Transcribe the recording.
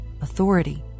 authority